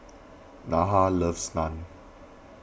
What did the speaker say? Nyah loves Naan